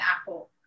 apple